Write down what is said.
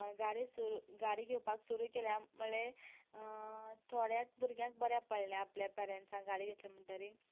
गाडी सुरू गाडी घेवपाक सुरू केल्या मुळे थोड्यांच भुरग्यांक बऱ्या पडलें आपल्या पेरेंन्ट्सान गाडी घेतल्या म्हणटकीर